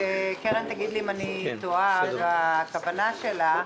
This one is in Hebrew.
וקרן תגיד לי אם אני טועה בכוונה שלה.